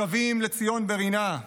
השבים לציון ברינה.